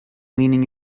leaning